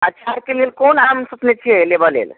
अचारके लेल कोन आम सोचने छियै लेबऽ लेल